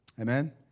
Amen